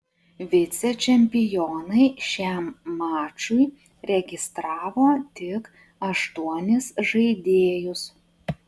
vicečempionai šiam mačui registravo tik aštuonis žaidėjus